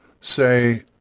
say